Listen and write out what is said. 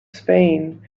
spain